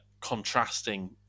contrasting